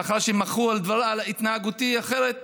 לאחר שמחו על התנהגותי האחרת,